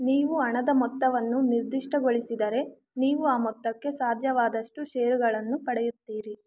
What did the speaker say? ನೀವು ಹಣದ ಮೊತ್ತವನ್ನು ನಿರ್ದಿಷ್ಟಗೊಳಿಸಿದರೆ ನೀವು ಆ ಮೊತ್ತಕ್ಕೆ ಸಾಧ್ಯವಾದಷ್ಟು ಷೇರುಗಳನ್ನು ಪಡೆಯುತ್ತೀರಿ